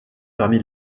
parmi